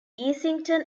easington